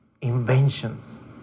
inventions